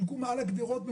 מאוד מאוד מרחיק לכת כבר,